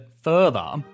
further